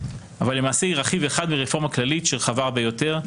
אבל היא למעשה רק רכיב אחד מרפורמה כללית ורחבה הרבה יותר,